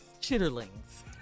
chitterlings